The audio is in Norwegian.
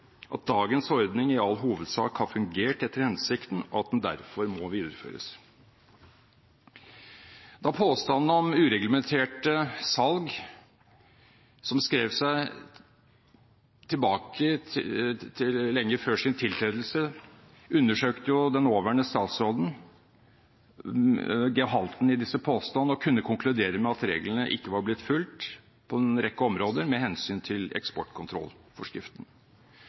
at dagens ordning i all hovedsak har fungert etter hensikten, og at den derfor må videreføres. Da påstandene kom om ureglementerte salg som skrev seg tilbake til lenge før hennes tiltredelse, undersøkte den nåværende statsråden gehalten i disse påstandene og kunne konkludere med at reglene på en rekke områder ikke var blitt fulgt med hensyn til eksportkontrollforskriften.